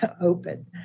open